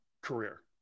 career